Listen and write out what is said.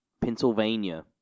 Pennsylvania